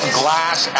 glass